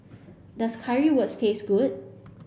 does Currywurst taste good